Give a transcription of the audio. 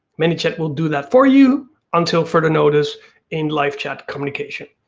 manychat will do that for you until further notice in live chat communication.